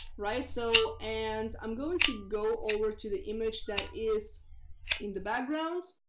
right so and i'm going to go over to the image that is in the background.